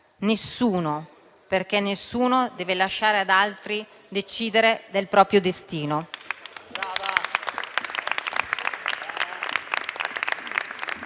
spettatore, perché nessuno deve lasciare ad altri decidere del proprio destino.